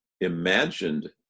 imagined